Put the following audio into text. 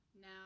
Now